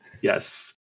Yes